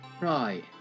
Right